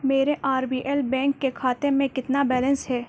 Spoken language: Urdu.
میرے آر بی ایل بینک کے کھاتے میں کتنا بیلنس ہے